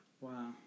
Wow